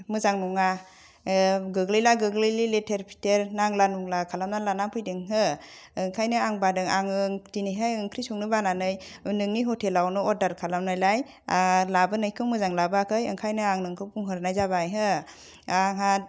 मोजां नङा गोग्लैला गोग्लैलि लेथेर फिथेर नांला नुंला खालाम नानै लानानै फैदों हो ओंखायनो आं बादों आङो दिनैहाय ओंख्रि संनो बानानै नोंनि ह'टेलावनो अर्डार खालामनायलाय लाबोनायखौ मोजां लाबोआखै ओंखायनो आं नोंखौ बुंहरनाय जाबाय हा आंहा